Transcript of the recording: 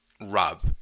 rub